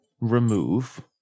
remove